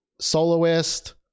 soloist